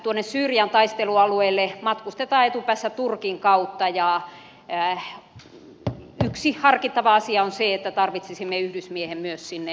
tuonne syyrian taistelualueelle matkustetaan etupäässä turkin kautta ja yksi harkittava asia on se että tarvitsisimme yhdysmiehen myös sinne